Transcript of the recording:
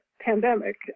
pandemic